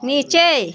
नीचे